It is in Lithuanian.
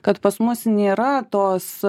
kad pas mus nėra tos